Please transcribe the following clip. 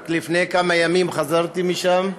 רק לפני כמה ימים חזרתי משם,